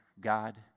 God